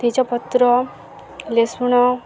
ତେଜପତ୍ର ରସୁଣ